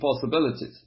possibilities